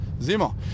Zemo